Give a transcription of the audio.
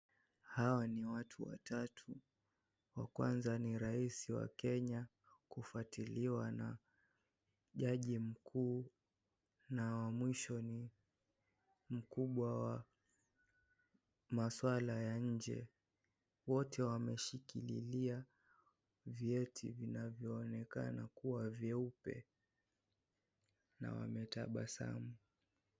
Kuna watu watatu. Wa kwanza ni Rais wa Kenya kufuatiliwa na jaji mkuu, na wa mwisho ni mkubwa wa maswala ya nje. Wote wameshikililia vyeti vinavyoonekana kuwa vyeupe na wametabasamu.